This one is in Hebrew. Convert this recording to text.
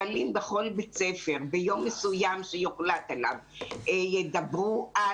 אבל אם בכל בית ספר ביום מסוים שיוחלט עליו ידברו על,